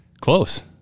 Close